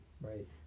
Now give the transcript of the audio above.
Right